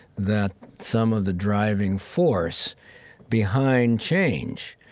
that some of the driving force behind change,